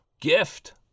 gift